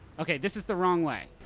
okay, this is the wrong way.